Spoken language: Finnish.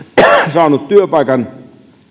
saanut työpaikan